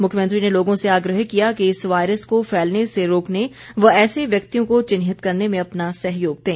मुख्यमंत्री ने लोगों ने आग्रह किया कि इस वायरस को फैलने से रोकने व ऐसे व्यक्तियों को चिन्हित करने में अपना सहयोग दें